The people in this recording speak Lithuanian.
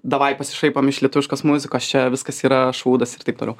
davai pasišaipom iš lietuviškos muzikos čia viskas yra šūdas ir taip toliau